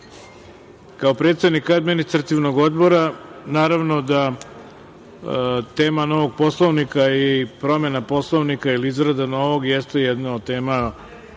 kao predsednik Administrativnog odbora, naravno da tema novog Poslovnika i promena Poslovnika ili izrada novog jeste jedna od tema koju